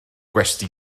gwesty